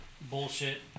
bullshit